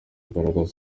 kugaragara